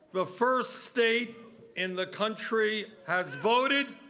the first state in the country has voted.